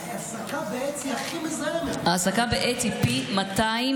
ההסקה בעץ היא הכי מזהמת.